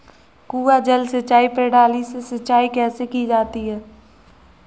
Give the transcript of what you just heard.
कुआँ जल सिंचाई प्रणाली से सिंचाई कैसे की जाती है?